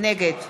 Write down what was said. נגד